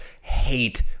hate